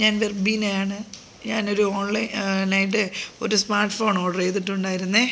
ഞാൻ വെർബീനയാണ് ഞാനൊരു ഓൺലൈനായിട്ട് ഒരു സ്മാർട്ട്ഫോൺ ഓഡർ ചെയ്തിട്ടുണ്ടായിരുന്നു